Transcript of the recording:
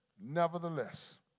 Nevertheless